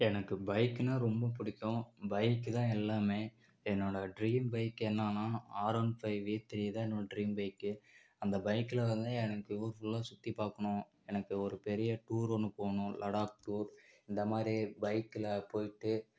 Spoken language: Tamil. எனக்கு பைக்னால் ரொம்ப பிடிக்கும் பைக்கு தான் எல்லாமே என்னோடய ட்ரீம் பைக் என்னன்னா R one five V three தான் என்னோடய ட்ரீம் பைக்கே அந்த பைக்ல வந்து எனக்கு ஊர் ஃபுல்லா சுற்றி பார்க்கணும் எனக்கு ஒரு பெரிய டூர் ஒன்று போகணும் லடாக் டூர் இந்த மாதிரி பைக்ல போய்ட்டு